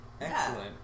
Excellent